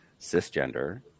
cisgender